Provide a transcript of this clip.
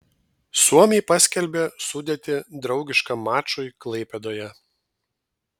suomiai paskelbė sudėtį draugiškam mačui klaipėdoje